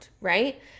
right